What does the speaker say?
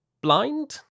blind